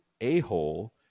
a-hole